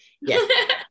Yes